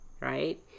right